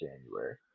January